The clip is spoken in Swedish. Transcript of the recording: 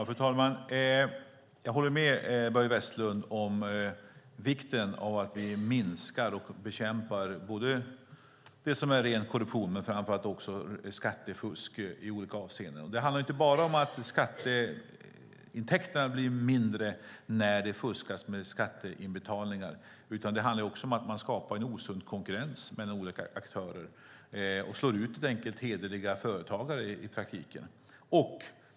Fru talman! Jag håller med Börje Vestlund om vikten av att vi minskar och bekämpar det som är ren korruption och, framför allt, också skattefusk i olika avseenden. Det handlar inte bara om att skatteintäkterna blir mindre när det fuskas med skatteinbetalningar, utan det handlar också om att man skapar en osund konkurrens mellan olika aktörer. Man slår i praktiken helt enkelt ut hederliga företagare.